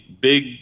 big